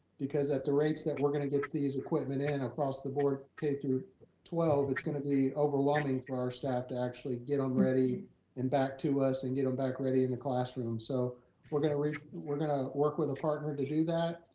because at the rates that we're gonna get these equipment in and across the board, k through twelve, it's gonna be overwhelming for our staff to actually get on ready and back to us and get them back ready in the classroom. so we're gonna re we're gonna work with a partner to do that.